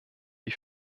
die